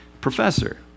professor